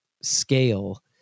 scale